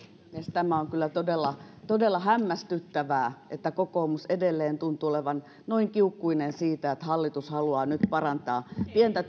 tämä on kyllä todella todella hämmästyttävää että kokoomus edelleen tuntuu olevan noin kiukkuinen siitä että hallitus haluaa nyt parantaa pientä